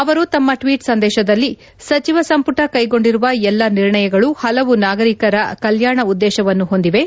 ಅವರು ತಮ್ನ ಟ್ನೀಟ್ ಸಂದೇಶದಲ್ಲಿ ಸಚಿವ ಸಂಪುಟ ಕೈಗೊಂಡಿರುವ ಎಲ್ಲ ನಿರ್ಣಯಗಳು ಹಲವು ನಾಗರಿಕರ ಕಲ್ವಾಣ ಉದ್ದೇಶವನ್ನು ಹೊಂದಿವೆ